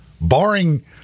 Barring